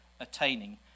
attaining